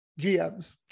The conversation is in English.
GMs